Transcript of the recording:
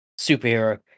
superhero